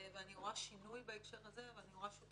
אני רואה שינוי בהקשר הזה ושותפות